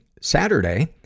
Saturday